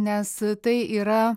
nes tai yra